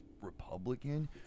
Republican